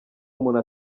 umuntu